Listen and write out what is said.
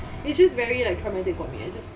it's just very like traumatic for me I just